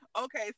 Okay